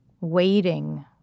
waiting